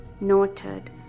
noted